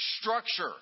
structure